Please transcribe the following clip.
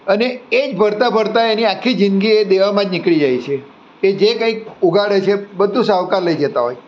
અને એ જ ભરતાં ભરતાં એની આખી જિંંદગી એ દેવામાં જ નીકળી જાય છે એ જે કાંઈક ઉગાડે છે બધું શાહુકાર લઈ જતા હોય